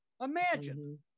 Imagine